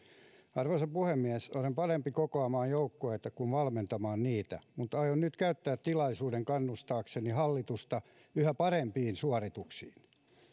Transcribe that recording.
arvoisa puhemies olen parempi kokoamaan joukkueita kuin valmentamaan niitä mutta aion nyt käyttää tilaisuuden kannustaakseni hallitusta yhä parempiin suorituksiin